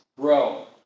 grow